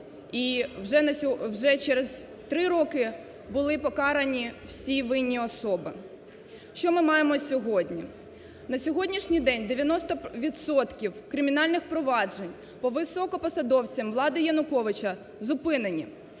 і вже через 3 роки були покарані всі винні особи. Що ми маємо сьогодні? На сьогоднішній день 90 відсотків кримінальних проваджень по високопосадовцям влади Януковича зупинені.